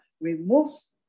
removes